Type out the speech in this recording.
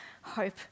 hope